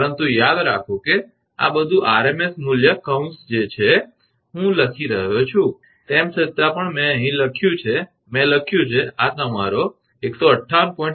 પરંતુ યાદ રાખો કે આ બધું આરએમએસ મૂલ્ય કૌંસ છે જે હું અહીં લખી રહ્યો છું તેમ છતાં પણ મેં અહીં લખ્યું છે મેં લખ્યું છે આ તમારો 158